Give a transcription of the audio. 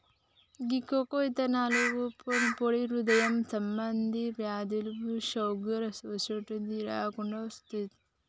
గీ cocoa ఇత్తనాల పొడి హృదయ సంబంధి వ్యాధులు, షుగర్ అసోంటిది రాకుండా సుత్తాది